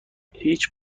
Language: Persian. هیچ